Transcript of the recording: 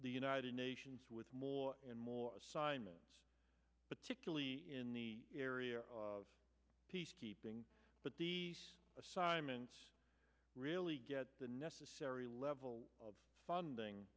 the united nations with more and more assignment particularly in the area of peacekeeping but the assignments really get the necessary level of funding